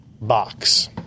box